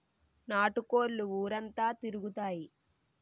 నాటు కోళ్లు ఊరంతా తిరుగుతాయి